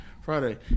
friday